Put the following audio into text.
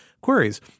queries